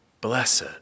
Blessed